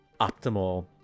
optimal